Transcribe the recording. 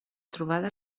trobada